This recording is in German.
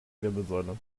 wirbelsäule